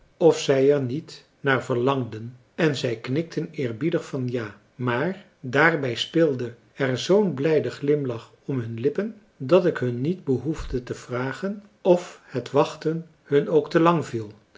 of zij er niet naar verlangden en zij knikten eerbiedig van ja maar daarbij speelde er zoo'n blijde glimlach om hun lippen dat ik hun niet behoefde te vragen of het wachten hun ook te lang viel